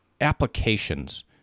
applications